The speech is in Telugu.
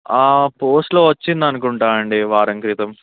పోస్ట్లో వచ్చిందనుకుంటా అండి వారం క్రితం